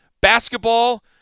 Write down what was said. Basketball